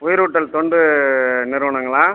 உயிரூட்டல் தொண்டு நிறுவனங்களா